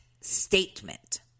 statement